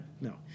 No